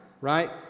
right